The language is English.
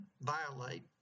violate